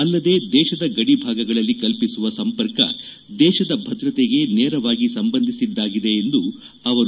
ಅಲ್ಲದೆ ದೇಶದ ಗಡಿಭಾಗಗಳಲ್ಲಿ ಕಲ್ಪಿಸುವ ಸಂಪರ್ಕವು ದೇಶದ ಭದ್ರತೆಗೆ ನೇರವಾಗಿ ಸಂಬಂಧಿಸಿದ್ದಾಗಿದೆ ಎಂದರು